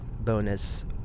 bonus